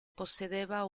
possedeva